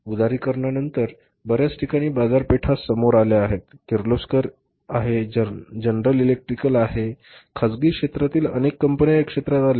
उदारीकरणानंतर बर्याच ठिकाणी बाजारपेठा समोर आल्या आहेत किर्लोस्कर एक आहेत जनरल इलेक्ट्रिकल एक आहे खासगी क्षेत्रातील अनेक कंपन्या या क्षेत्रात आल्या आहेत